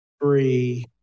three